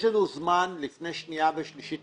יש לנו זמן לפני קריאה שנייה ושלישית